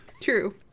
True